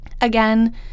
again